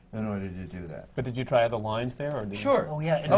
in order to do that. but did you try other lines there? ah sure! oh, yeah.